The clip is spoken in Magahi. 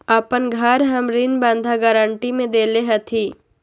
अपन घर हम ऋण बंधक गरान्टी में देले हती